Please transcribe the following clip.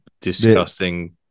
disgusting